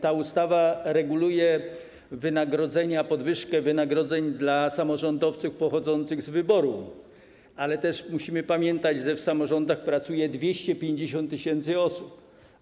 Ta ustawa reguluje podwyżkę wynagrodzeń dla samorządowców pochodzących z wyboru, ale musimy też pamiętać, że w samorządach pracuje 250 tys. osób.